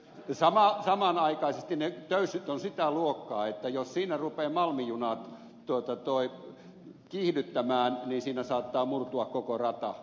samanaikaisesti ne töyssyt ovat sitä luokkaa että jos siinä rupeavat malmijunat kiihdyttämään niin siinä saattaa murtua koko rata